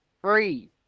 free